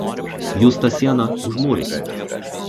jūs tą sieną užmūrykit